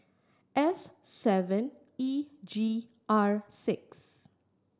S seven E G R six